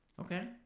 Okay